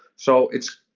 so it